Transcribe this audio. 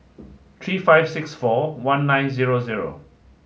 three five six four one nine zero zero